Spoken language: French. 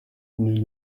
nous